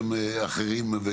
דברים אחרים.